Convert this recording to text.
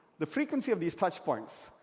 the frequency of these touch points,